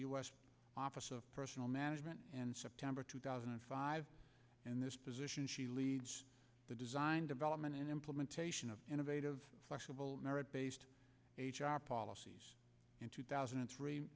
s office of personnel management and september two thousand and five in this position she leads the design development and implementation of innovative flexible merit based h r policies in two thousand and three